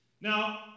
Now